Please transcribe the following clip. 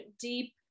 deep